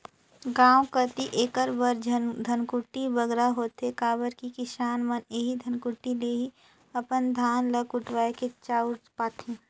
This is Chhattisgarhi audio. गाँव कती एकर बर धनकुट्टी बगरा होथे काबर कि किसान मन एही धनकुट्टी ले ही अपन धान ल कुटवाए के चाँउर पाथें